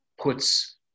puts